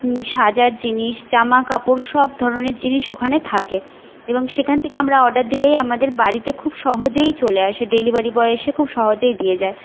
সাজার জিনিস জামাকাপড় সব ধরনের জিনিস ওখানে থাকে এবং সেখান থেকে আমরা অর্ডার দিলেই আমাদের বাড়িতে খুব সহজেই চলে আসে ডেলিভারি বয় এসে খুব সহজেই দিয়ে যায়